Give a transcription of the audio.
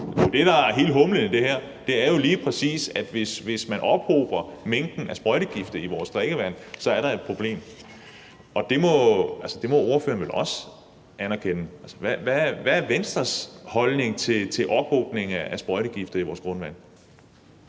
det, der er hele humlen i det her, er jo lige præcis, at hvis man ophober sprøjtegifte i vores drikkevand, er der et problem, og det må ordføreren vel også anerkende. Hvad er Venstres holdning til ophobning af sprøjtegifte i vores grundvand?